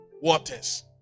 waters